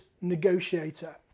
negotiator